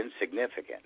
insignificant